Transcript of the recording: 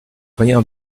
rien